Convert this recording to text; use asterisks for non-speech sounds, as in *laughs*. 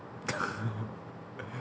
*laughs*